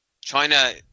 China